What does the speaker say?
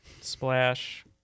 Splash